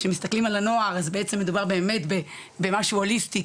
שמסתכלים על הנוער אז בעצם מדובר באמת במשהו הוליסטי,